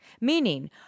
Meaning